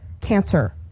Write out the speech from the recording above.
cancer